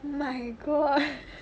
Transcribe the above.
my god